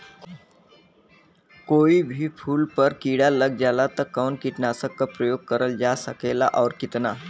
कोई भी फूल पर कीड़ा लग जाला त कवन कीटनाशक क प्रयोग करल जा सकेला और कितना?